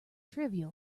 trivial